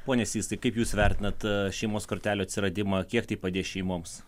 pone sysai kaip jūs vertinat šeimos kortelių atsiradimą kiek tai padės šeimoms